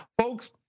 Folks